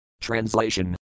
Translation